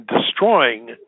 destroying